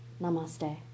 Namaste